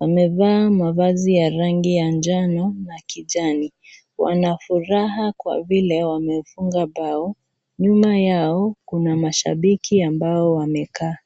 wamevaa mavazi ya rangi ya njano na kijani, wanafuraha kwa vile wamefunga bao, nyuma yao kuna mashabiki ambao wamekaa.